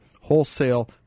wholesale